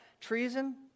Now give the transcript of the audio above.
treason